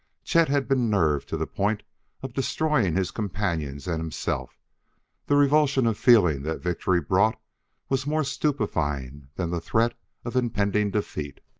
chet had been nerved to the point of destroying his companions and himself the revulsion of feeling that victory brought was more stupefying than the threat of impending defeat.